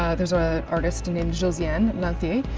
ah there's a artist and in josiane lanthier.